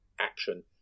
action